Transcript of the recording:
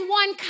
one